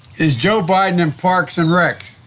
is joe biden in parks and rec?